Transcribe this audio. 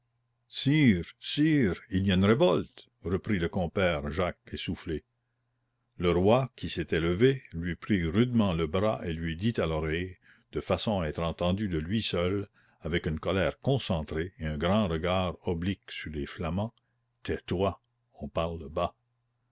sire sire il y a une révolte reprit le compère jacques essoufflé le roi qui s'était levé lui prit rudement le bras et lui dit à l'oreille de façon à être entendu de lui seul avec une colère concentrée et un regard oblique sur les flamands tais-toi ou parle bas